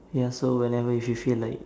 ya so whenever if you feel like